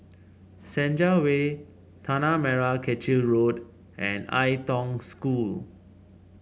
Senja Way Tanah Merah Kechil Road and Ai Tong School